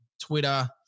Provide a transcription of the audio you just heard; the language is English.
Twitter